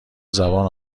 زبان